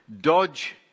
Dodge